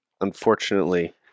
unfortunately